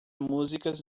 músicas